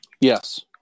Yes